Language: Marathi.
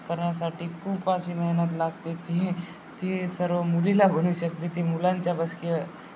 करण्यासाठी खूप अशी मेहनत लागते ती ती सर्व मुलीला बनू शकते ती मुलांच्या बसकी